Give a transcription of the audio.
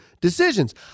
decisions